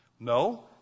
No